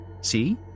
See